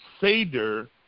Seder